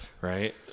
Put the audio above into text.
Right